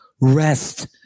rest